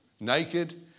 naked